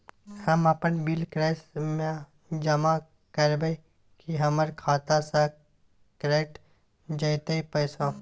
हम अपन bill cash म जमा करबै की हमर खाता स कैट जेतै पैसा?